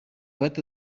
past